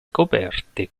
coperte